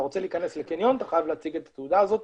אתה רוצה להכנס לקניון אתה חייב להציג את התעודה הזאת